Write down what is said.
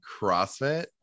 CrossFit